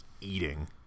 eating